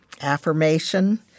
affirmation